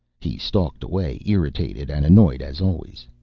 he stalked away, irritated and annoyed as always.